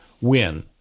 win